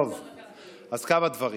טוב, אז כמה דברים.